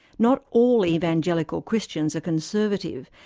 not all evangelical christians are conservative,